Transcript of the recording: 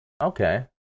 Okay